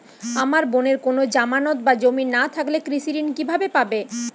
আমার বোনের কোন জামানত বা জমি না থাকলে কৃষি ঋণ কিভাবে পাবে?